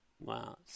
Wow